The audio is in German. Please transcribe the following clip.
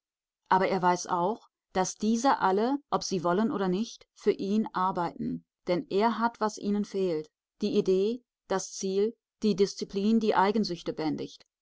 aber er weiß auch daß diese alle ob sie wollen oder nicht für ihn arbeiten denn er hat was ihnen fehlt die idee das ziel die disziplin die eigensüchte bändigt